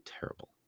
terrible